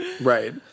Right